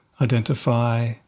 identify